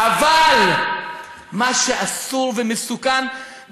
אבל מה שאסור ומסוכן,